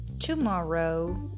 tomorrow